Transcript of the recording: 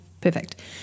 perfect